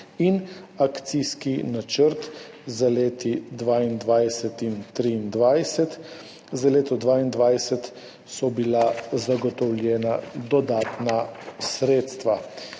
in Akcijski načrt za leti 2022 in 2023. Za leto 2022 so bila zagotovljena dodatna sredstva.